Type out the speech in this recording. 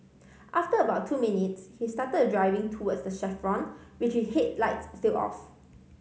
after about two minutes he started driving towards the chevron with his headlights still off